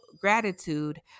gratitude